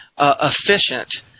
efficient